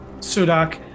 Sudak